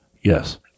Yes